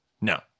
No